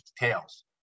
tails